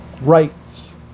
rights